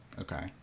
Okay